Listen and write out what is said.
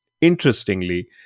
Interestingly